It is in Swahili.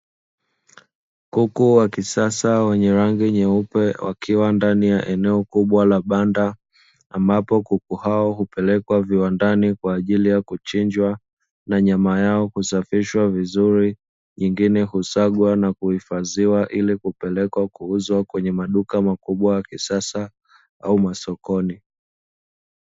Kuku wa kisasa wenye rangi nyeupe wa kiwa ndani ya eneo kubwa la banda, ambapo kuku hao hupelekwa viwandani kwa ajili ya kuchinjwa na nyama yao kusafishwa vizuri, nyingine husagwa na kuhifadhiwa ili kupelekwa kuuzwa kwenye maduka makubwa ya kisasa au masokoni.